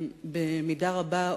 במידה רבה,